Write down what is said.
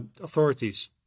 authorities